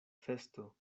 festo